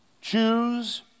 Choose